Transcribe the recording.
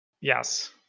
Yes